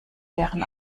deren